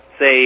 say